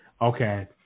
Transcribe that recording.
Okay